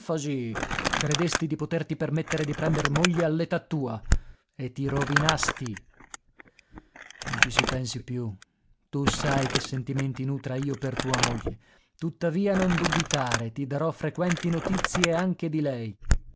enfasi credesti di poterti permettere di prender moglie all'età tua e ti rovinasti non ci si pensi più tu sai che sentimenti nutra io per tua moglie tuttavia non dubitare ti darò frequenti notizie anche di lei